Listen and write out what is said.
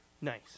Nice